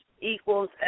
equals